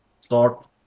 start